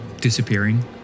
disappearing